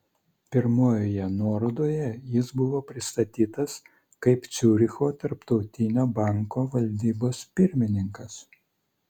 pirmojoje nuorodoje jis buvo pristatytas kaip ciuricho tarptautinio banko valdybos pirmininkas